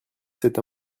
cet